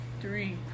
Three